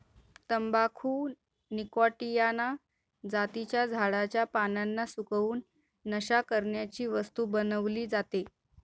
तंबाखू निकॉटीयाना जातीच्या झाडाच्या पानांना सुकवून, नशा करण्याची वस्तू बनवली जाते